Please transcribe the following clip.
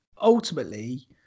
ultimately